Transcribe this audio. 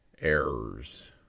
errors